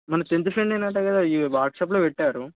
మన టెన్త్ ఫ్రెండేనట కదా ఈ వాట్సాప్లో పెట్టారు